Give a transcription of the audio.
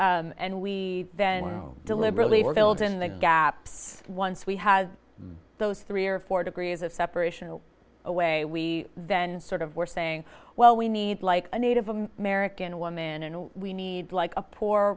sheet and we then deliberately were filled in the gaps once we had those three or four degrees of separation away we then sort of were saying well we need like native american woman and we need like a poor